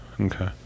Okay